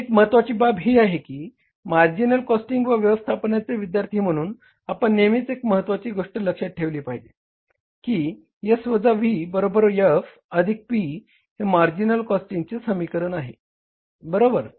एक महत्त्वाची बाब ही आहे की मार्जिनल कॉस्टिंगचे व व्यवस्थापनाचे विध्यार्थी म्हणून आपण नेहमीच एक महत्वाची गोष्ट लक्षात ठेवली पाहिजे की S वजा V बरोबर F अधिक P हे मार्जिनल कॉस्टिंगचे समीकरण आहे बरोबर